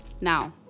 Now